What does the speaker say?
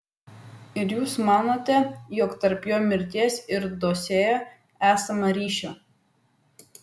ir jūs manote jog tarp jo mirties ir dosjė esama ryšio